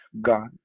God